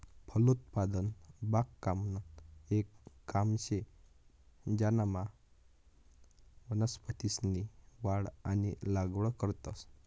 फलोत्पादन बागकामनं येक काम शे ज्यानामा वनस्पतीसनी वाढ आणि लागवड करतंस